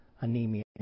anemia